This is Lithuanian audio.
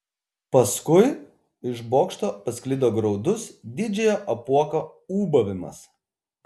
paskui iš bokšto pasklido graudus didžiojo apuoko ūbavimas